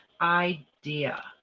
idea